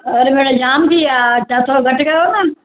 अड़े भेण जामु थी विया त थोरो घटि कयो न